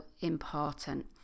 important